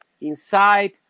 inside